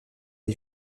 des